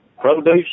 produce